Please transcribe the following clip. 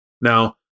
Now